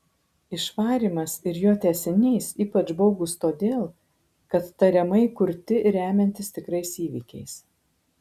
išvarymas ir jo tęsinys ypač baugūs todėl kad tariamai kurti remiantis tikrais įvykiais